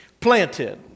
planted